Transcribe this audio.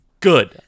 Good